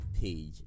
page